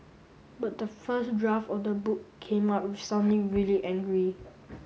but the first draft of the book came out sounding really angry